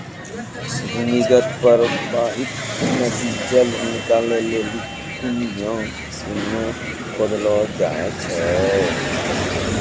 भूमीगत परबाहित नदी जल निकालै लेलि कुण्यां खोदलो जाय छै